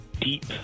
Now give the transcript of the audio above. deep